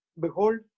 behold